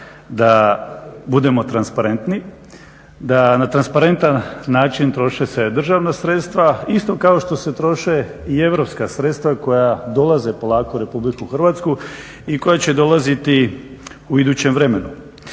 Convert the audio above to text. da budemo transparentni, da na transparentan način troše se državna sredstva isto kao što se troše i europska sredstva koja dolaze polako u RH i koja će dolaziti u idućem vremenu.